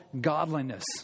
godliness